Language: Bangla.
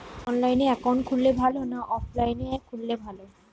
অনলাইনে একাউন্ট খুললে ভালো না অফলাইনে খুললে ভালো?